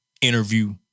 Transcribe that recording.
interview